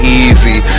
easy